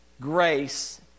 grace